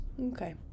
Okay